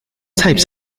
types